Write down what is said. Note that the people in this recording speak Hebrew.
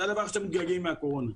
זה הדבר שאנחנו מתגעגעים אליו מהקורונה.